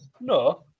No